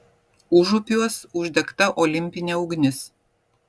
užupiuos uždegta olimpinė ugnis